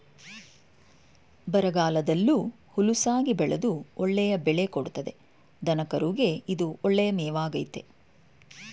ಬರಗಾಲದಲ್ಲೂ ಹುಲುಸಾಗಿ ಬೆಳೆದು ಒಳ್ಳೆಯ ಬೆಳೆ ಕೊಡ್ತದೆ ದನಕರುಗೆ ಇದು ಒಳ್ಳೆಯ ಮೇವಾಗಾಯ್ತೆ